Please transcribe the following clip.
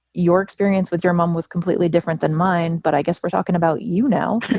your experience with your mom was completely different than mine. but i guess we're talking about you now.